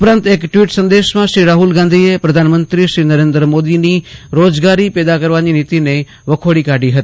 ઉપરાંત એક ટવીટ સંદેશમાં શ્રી રાહુલ ગાંધીએ પ્રધાનમંત્રી શ્રી નરેન્દ્ર મોદીની રોજગારી પેદા કરવાની નીતીને વખોડી કાઢી હતી